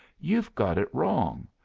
you've got it wrong.